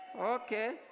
Okay